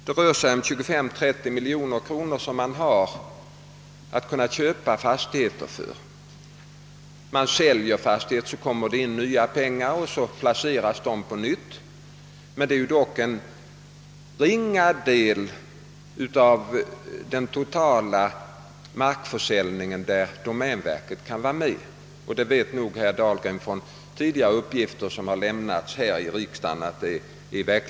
Man har 25—30 miljoner kronor att köpa fastigheter. för, man säljer fastigheter så att det kommer in nya pengar, och sedan placeras dessa åter. I verkligheten är det dock endast i en ringa del av den totala markförsäljningen som domänverket kan komma med; det vet nog herr Dahlgren genom uppgifter som tidigare lämnats här i riksdagen.